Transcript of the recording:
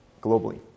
globally